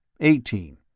Eighteen